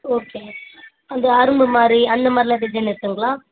okay அந்த அரும்புமாதிரி அந்தமாதிரிலாம் டிசைன் இருக்குதுங்களா